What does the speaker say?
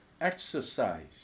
Exercise